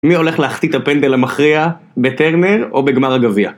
מי הולך להחטיא ת'פנדל המכריע בטרנר או בגמר הגביע?